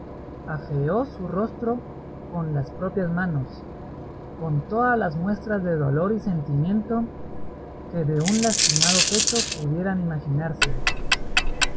afeó su rostro con sus propias manos con todas las muestras de dolor y sentimiento que de un lastimado pecho pudieran imaginarse